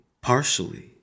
partially